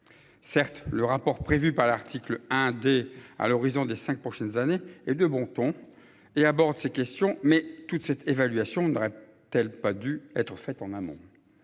Certes le rapport prévue par l'article 1 des à l'horizon des 5 prochaines années est de bon ton et aborde ces questions. Mais toute cette évaluation n'aura-t-elle pas dû être fait en amont.